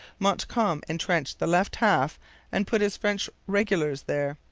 montcalm entrenched the left half and put his french regulars there.